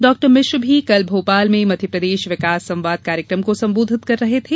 डॉ मिश्रा कल भोपाल में मध्यप्रदेश विकास संवाद कार्यक्रम को संबोधित कर रहे थे